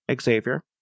Xavier